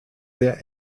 sehr